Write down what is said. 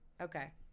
okay